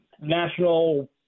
national